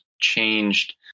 changed